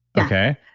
okay,